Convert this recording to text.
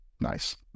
nice